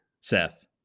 Seth